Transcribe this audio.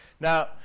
Now